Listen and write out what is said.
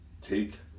Take